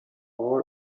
all